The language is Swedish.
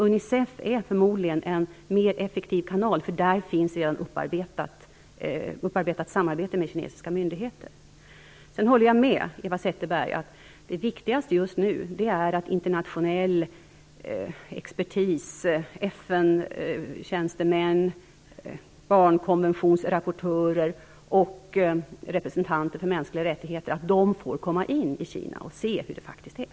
Unicef är förmodligen en mer effektiv kanal, eftersom Unicef redan har ett upparbetat samarbete med kinesiska myndigheter. Jag håller med Eva Zetterberg om att det viktigaste just nu är att internationell expertis - FN tjänstemän, barnkonventionsrapportörer och representanter för mänskliga rättigheter - får komma in i Kina för att se hur det verkligen är.